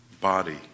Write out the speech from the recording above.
body